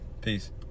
peace